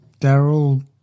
Daryl